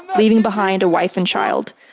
leaving behind a wife and child.